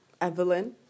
Evelyn